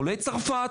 עולי צרפת.